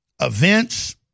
events